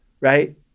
right